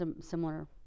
similar